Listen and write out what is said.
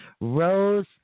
Rose